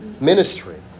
ministry